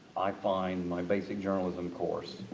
i find my basic journalism course,